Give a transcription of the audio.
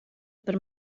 per